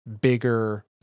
bigger